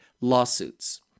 lawsuits